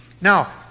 Now